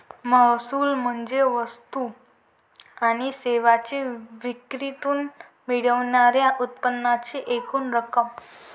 महसूल म्हणजे वस्तू आणि सेवांच्या विक्रीतून मिळणार्या उत्पन्नाची एकूण रक्कम